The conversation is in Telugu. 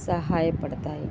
సహాయపడతాయి